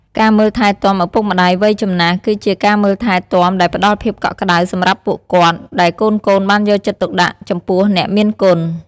ការមើលថែទាំឪពុកម្ដាយវ័យចំណាស់គឺជាការមើលថែទាំដែលផ្តល់ភាពកក់ក្តៅសម្រាប់ពួកគាត់ ដែលកូនៗបានយកចិត្តទុកដាក់ចំពោះអ្នកមានគុណ។